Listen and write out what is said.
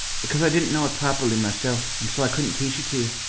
because i didn't know it properly myself, and so i couldn't teach it to you.